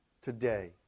today